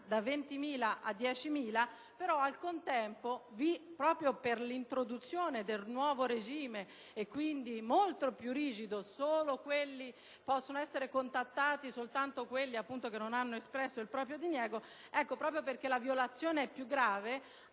da 20.000 a 10.000 euro. Però, al contempo, proprio per l'introduzione del nuovo regime, molto più rigido (per cui possono essere contattati soltanto quelli che non hanno espresso il proprio diniego) e proprio perché la violazione è più grave,